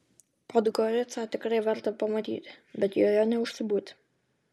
podgoricą tikrai verta pamatyti bet joje neužsibūti